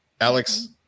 alex